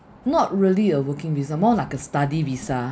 not really a working visa more like a study visa